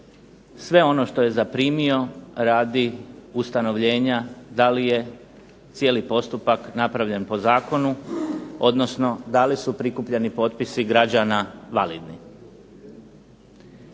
sve ono što je zaprimio radi ustanovljenja da li je cijeli postupak napravljen po zakonu, odnosno da li su prikupljeni potpisi građana validni.